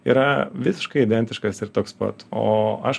yra visiškai identiškas ir toks pat o aš